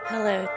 Hello